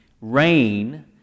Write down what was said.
rain